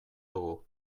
dugu